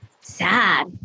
sad